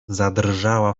zadrżała